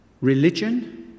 Religion